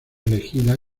elegida